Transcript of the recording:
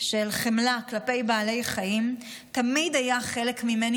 של חמלה כלפי בעלי חיים תמיד היה חלק ממני,